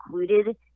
included